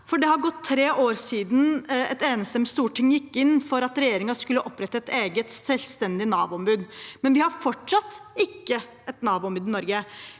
Det har gått tre år siden et enstemmig storting gikk inn for at regjeringen skulle opprette et eget, selvstendig Nav-ombud, men vi har fortsatt ikke et Nav-ombud i Norge.